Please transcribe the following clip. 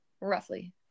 Roughly